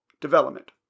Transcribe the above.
development